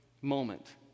moment